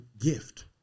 gift